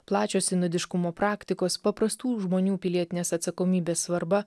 plačios sinodiškumo praktikos paprastų žmonių pilietinės atsakomybės svarba